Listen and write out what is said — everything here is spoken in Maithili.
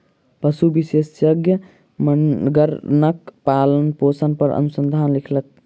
पशु विशेषज्ञ मगरक पालनपोषण पर अनुसंधान लिखलक